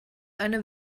eine